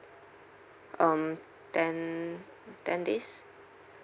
um ten ten days